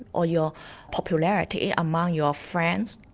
or your popularity among your friends,